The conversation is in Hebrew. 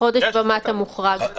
חודש ומטה מוחרג מהחוק.